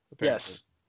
Yes